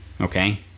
Okay